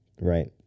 Right